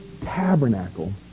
tabernacle